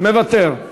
אני מוותר.